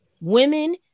Women